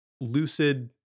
lucid